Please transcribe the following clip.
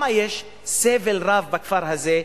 יש שמה סבל רב, בכפר הזה.